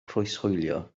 croeshoelio